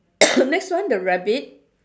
next one the rabbit